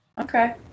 Okay